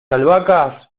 albahacas